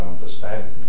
understanding